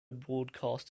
broadcast